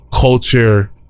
culture